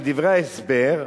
בדברי ההסבר,